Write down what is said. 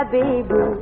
baby